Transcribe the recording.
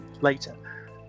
later